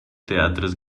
teatres